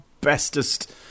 bestest